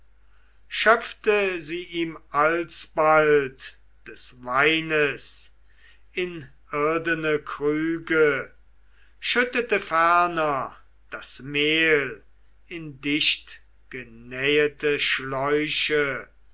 schöpfte sie ihm alsbald des weines in irdene krüge schüttete ferner das mehl in dichtgenähete schläuche